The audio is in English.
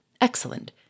excellent